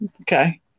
Okay